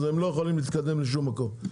אז הם לא יכולים להתקדם לשום מקום.